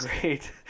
great